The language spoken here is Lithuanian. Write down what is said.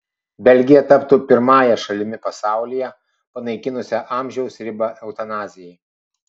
belgija taptų pirmąją šalimi pasaulyje panaikinusia amžiaus ribą eutanazijai